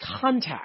contact